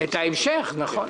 את ההמשך, נכון.